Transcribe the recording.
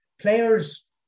players